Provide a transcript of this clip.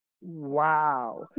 Wow